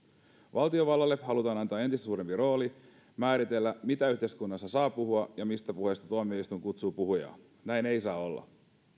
valtiovallalle halutaan antaa entistä suurempi rooli määritellä mitä yhteiskunnassa saa puhua ja mistä puheesta tuomioistuin kutsuu puhujaa näin ei saa olla